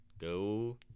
Go